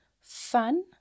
fun